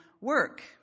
work